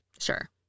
Sure